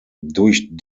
durch